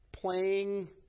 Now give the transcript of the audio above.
Playing